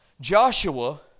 Joshua